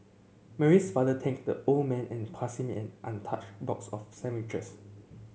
Mary's father thanked the old man and passed him an untouched box of sandwiches